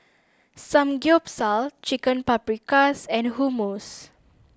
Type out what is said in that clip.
Samgyeopsal Chicken Paprikas and Hummus